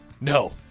No